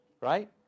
right